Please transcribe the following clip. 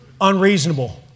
unreasonable